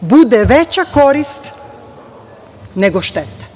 bude veća korist nego šteta.